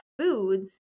foods